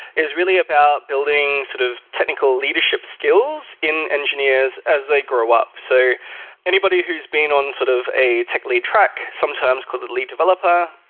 is really about buildings sort of technical leadership skills in engineers as they grow up. so anybody who's been on sort of a tech lead track, some terms called it lead developer,